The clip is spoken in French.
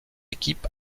équipe